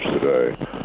today